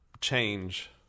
change